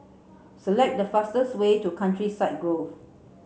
select the fastest way to Countryside Grove